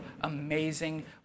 amazing